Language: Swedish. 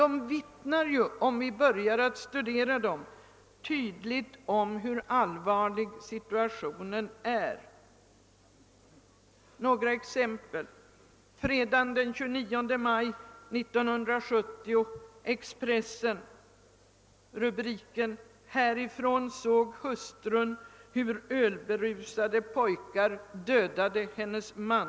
Om vi börjar studera dem vittnar de i alla fall tydligt om hur allvarlig situationen är. Låt mig anföra några exempel. I Expressen för den 29 maj 1970 återfinns rubriken »Härifrån såg hustrun hur ölberusade pojkar dödade hennes man».